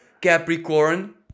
Capricorn